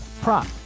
prop